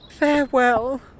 Farewell